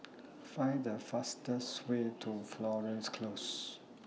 Find The fastest Way to Florence Close